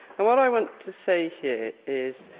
and what i want to say here is.